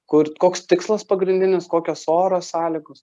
kur koks tikslas pagrindinis kokios oro sąlygos